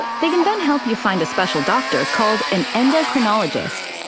they can then help you find a special doctor called an endocrinologist.